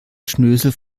schnösel